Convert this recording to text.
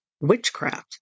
witchcraft